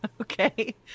Okay